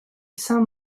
saint